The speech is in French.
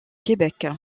québec